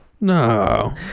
No